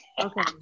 Okay